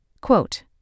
Quote